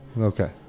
Okay